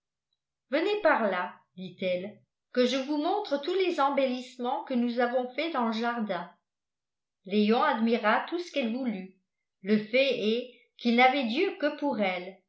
venez par là dit-elle que je vous montre tous les embellissements que nous avons faits dans le jardin léon admira tout ce qu'elle voulut le fait est qu'il n'avait d'yeux que pour elle